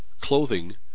Clothing